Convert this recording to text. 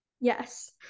Yes